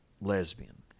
lesbian